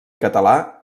català